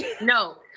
No